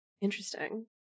Interesting